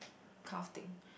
kind of thing